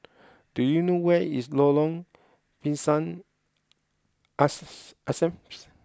do you know where is Lorong Pisang asses Asam